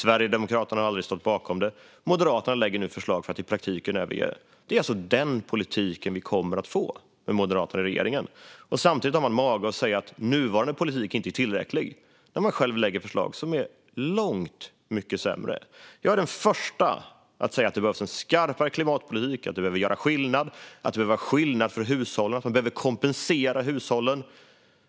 Sverigedemokraterna har aldrig stått bakom det. Moderaterna lägger nu fram förslag för att i praktiken överge det. Det är den politiken vi kommer att få med Moderaterna i regeringen. Samtidigt har man mage att säga att nuvarande politik inte är tillräcklig - när man själv lägger fram förslag som är långt mycket sämre. Jag är den första att säga att det behövs en skarpare klimatpolitik, att vi behöver göra skillnad, att det behöver vara skillnad för hushållen och att man behöver kompensera hushållen.